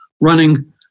running